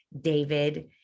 David